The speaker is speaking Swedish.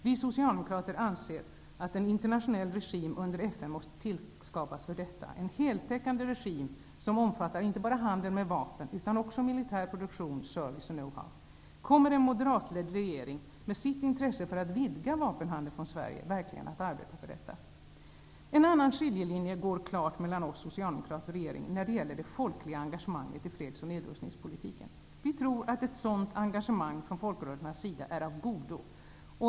Vi socialdemokrater anser att en internationell regim under FN måste tillskapas för detta; en heltäckande regim, som omfattar inte bara handeln med vapen utan också militär produktion, service och know how. Kommer en moderatledd regering, med sitt intresse för att vidga vapenhandeln från Sverige, verkligen att arbeta för detta? En annan skiljelinje går klart mellan oss socialdemokrater och regeringen när det gäller det folkliga engagemanget i freds och nedrustningspolitiken. Vi tror att ett sådant engagemang från folkrörelsernas sida är av godo.